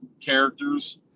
characters